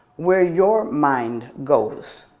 where your mind goes,